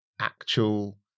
actual